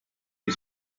you